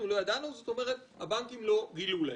"אנחנו לא ידענו" אומר שהבנקים לא גילו להם,